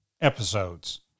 episodes